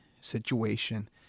situation